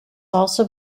also